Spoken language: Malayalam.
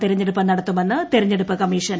തെരഞ്ഞെടുപ്പ് നടത്തുമെന്ന് തെരഞ്ഞെടുപ്പ് കമ്മീഷൻ